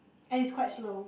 and it's quite slow